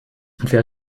wer